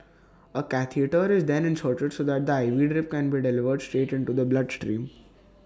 A catheter is then inserted so that the IV drip can be delivered straight into the blood stream